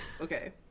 Okay